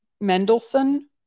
Mendelssohn